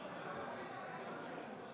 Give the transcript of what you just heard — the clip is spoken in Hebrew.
חברי הכנסת)